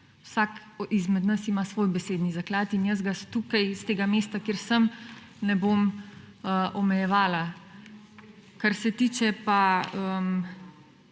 Vsak izmed nas ima svoj besedni zaklad in jaz ga tukaj s tega mesta, kjer sem, ne bom omejevala. Kar se tiče pa